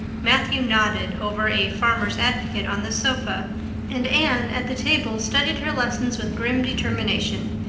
matthew nodded over a farmers' advocate on the sofa and anne at the table studied her lessons with grim determination,